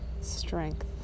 strength